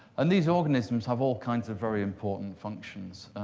and these organisms have all kinds of very important functions.